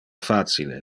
facile